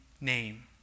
name